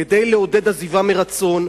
כדי לעודד עזיבה מרצון,